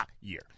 year